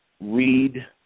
read